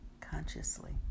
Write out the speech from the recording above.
consciously